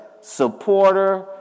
supporter